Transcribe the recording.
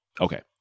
Okay